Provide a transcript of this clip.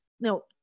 no